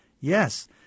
yes